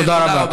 תודה רבה.